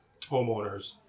homeowners